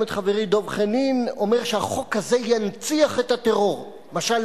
אבל אתה מאפשר, בבית-המדרש שלנו, של המדינה הזאת,